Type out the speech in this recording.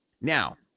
Now